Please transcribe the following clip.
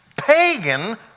pagan